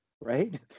right